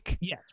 Yes